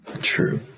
True